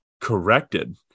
corrected